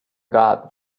god